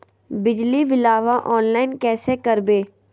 बिजली बिलाबा ऑनलाइन कैसे करबै?